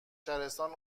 شهرستان